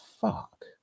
fuck